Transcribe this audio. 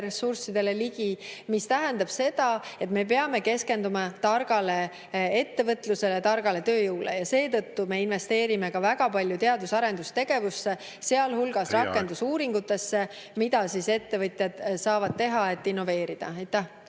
ressurssidele ligi, mis tähendab seda, et me peame keskenduma targale ettevõtlusele, targale tööjõule. Seetõttu me investeerime ka väga palju teadus‑ ja arendustegevusse, sealhulgas … Teie aeg! … rakendusuuringutesse, mida ettevõtjad saavad teha, et innoveerida. Aitäh!